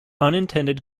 unintended